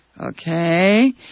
Okay